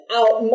out